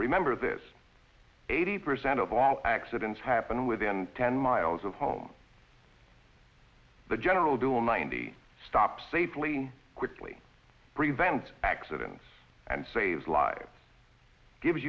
remember this eighty percent of all accidents happen within ten miles of home the general doing ninety stops safely quickly prevent accidents and saves lives gives